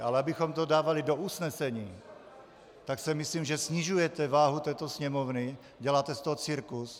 Ale abychom to dávali do usnesení, tak si myslím, že snižujete váhu této Sněmovny, děláte z toho cirkus.